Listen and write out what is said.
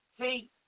See